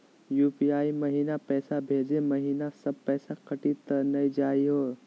UPI महिना पैसवा भेजै महिना सब पैसवा कटी त नै जाही हो?